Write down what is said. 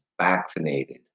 vaccinated